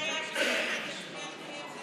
שאין בעיה שכל אחד יצביע לפי שיקול דעתו.